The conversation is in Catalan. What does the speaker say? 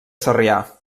sarrià